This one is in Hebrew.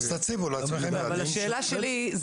אז תציבו לעצמכם יעדים --- השאלה שלי: